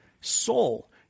soul